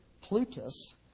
Plutus